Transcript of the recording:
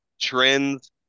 trends